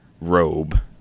robe